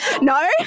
no